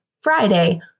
Friday